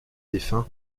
défunt